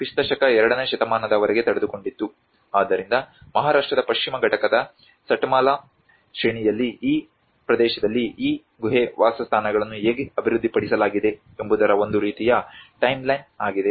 ಆದ್ದರಿಂದ ಮಹಾರಾಷ್ಟ್ರದ ಪಶ್ಚಿಮ ಘಟ್ಟದ ಸತ್ಮಾಲಾ ಶ್ರೇಣಿಯಲ್ಲಿ ಈ ಪ್ರದೇಶದಲ್ಲಿ ಈ ಗುಹೆ ವಾಸಸ್ಥಾನಗಳನ್ನು ಹೇಗೆ ಅಭಿವೃದ್ಧಿಪಡಿಸಲಾಗಿದೆ ಎಂಬುದರ ಒಂದು ರೀತಿಯ ಟೈಮ್ಲೈನ್ ಆಗಿದೆ